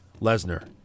Lesnar